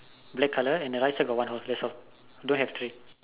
black color and the right side got one hole that's all don't have three